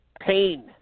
Pain